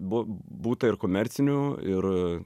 bū būta ir komercinių ir